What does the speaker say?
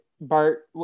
Bart